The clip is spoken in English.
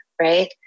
right